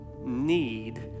need